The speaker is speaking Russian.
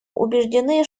убеждены